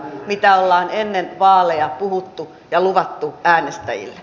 mitä ollaan ennen vaaleja puhuttu ja luvattu äänestäjille